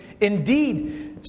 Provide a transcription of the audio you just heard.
Indeed